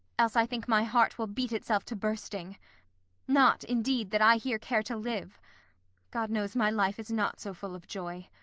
else i think my heart will beat itself to bursting not indeed, that i here care to live god knows my life is not so full of joy,